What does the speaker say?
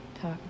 talk